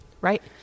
Right